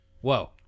Whoa